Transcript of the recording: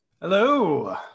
Hello